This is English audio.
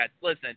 Listen